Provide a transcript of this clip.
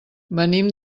venim